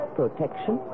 protection